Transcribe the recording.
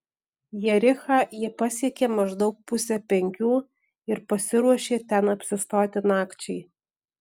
jerichą jie pasiekė maždaug pusę penkių ir pasiruošė ten apsistoti nakčiai